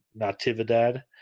Natividad